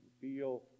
Feel